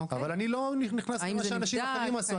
אבל אני לא נכנס אל מה שאנשים אחרים עשו.